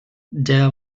der